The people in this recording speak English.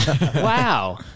wow